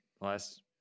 last